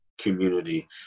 community